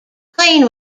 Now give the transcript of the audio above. plane